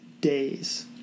days